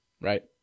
Right